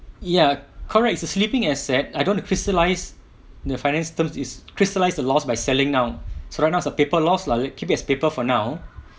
ya correct is a sleeping asset I don't want to crystallise the finance terms is crystallised the loss by selling now so right now is a paper loss lah keep it as paper for now